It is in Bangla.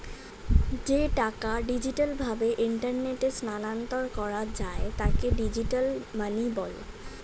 যে টাকা ডিজিটাল ভাবে ইন্টারনেটে স্থানান্তর করা যায় তাকে ডিজিটাল মানি বলে